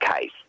case